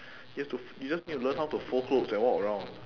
you have to f~ you just need to learn how to fold clothes and walk around